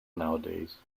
nowadays